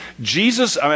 Jesus